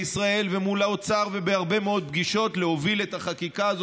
ישראל ומול האוצר ובהרבה מאוד פגישות להוביל את החקיקה הזאת